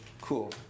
Cool